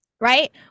Right